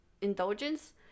indulgence